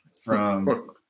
from-